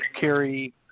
carry